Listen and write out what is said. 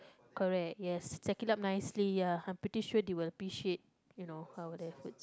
correct yes stack it up nicely ya I'm pretty sure they will appreciate you know our efforts